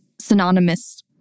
synonymous